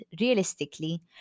realistically